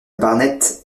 barnett